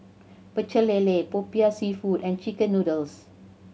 Pecel Lele Popiah Seafood and chicken noodles